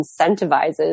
incentivizes